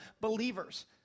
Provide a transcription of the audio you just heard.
believers